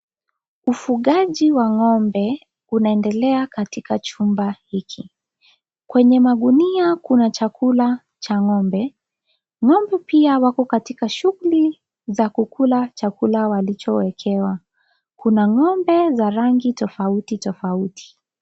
Ufugaji wa ngombe, unaendelea katika chumba hiki, kwenye magunia kuna chakula cha ngombe, ndovu pia wako katika shuguli, za kukula chakula walicho wekewa, kuna ngombe za aina tofauti tofauti.